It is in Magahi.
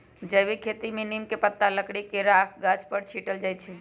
जैविक खेती में नीम के पत्ता, लकड़ी के राख गाछ पर छिट्ल जाइ छै